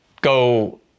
go